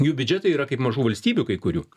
jų biudžetai yra kaip mažų valstybių kai kurių